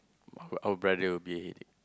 our our brother will be a headache